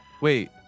Wait